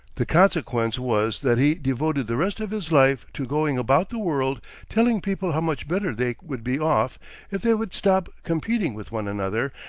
the consequence was that he devoted the rest of his life to going about the world telling people how much better they would be off if they would stop competing with one another,